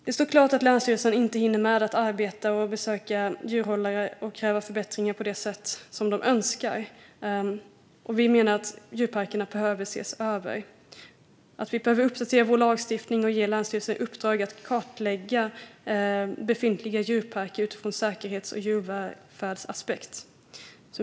Det står klart att länsstyrelserna inte hinner med arbetet med att besöka djurhållare och kräva förbättringar på det sätt som de önskar. Vi menar att djurparkerna behöver ses över och att vi behöver uppdatera vår lagstiftning och ge länsstyrelserna i uppdrag att kartlägga befintliga djurparker utifrån säkerhets och djurvälfärdsaspekt.